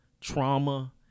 trauma